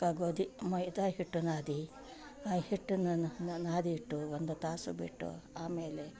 ಕ ಗೋದಿ ಮೈದಾ ಹಿಟ್ಟು ನಾದಿ ಆ ಹಿಟ್ಟನ ನಾದಿ ಇಟ್ಟು ಒಂದು ತಾಸು ಬಿಟ್ಟು ಆಮೇಲೆ